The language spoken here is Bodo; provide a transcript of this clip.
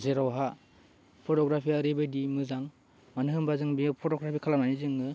जेरावहा फट'ग्राफिया ओरैबायदि मोजां मानो होनबा बेयो फट'ग्राफि खालामनानै जोङो